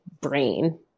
brain